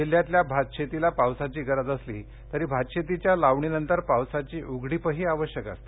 जिल्ह्यातल्या भातशेतीला पावसाची गरज असली तरी भातशेतीच्या लावणीनंतर पावसाची उघडीपही आवश्यक असते